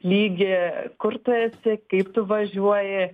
lygį kur tu esi kaip tu važiuoji